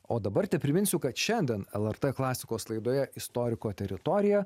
o dabar tepriminsiu kad šiandien lrt klasikos laidoje istoriko teritorija